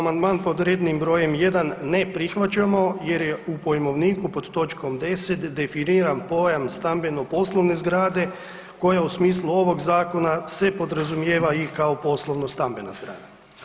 Amandman pod rednim br. 1 ne prihvaćamo jer je u pojmovniku pod točkom 10 definiran pojam stambeno-poslovne zgrade koja u smislu ovog zakona se podrazumijeva i kao poslovno-stambena zgrada.